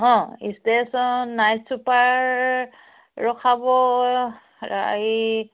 অঁ station night super ৰখাব এই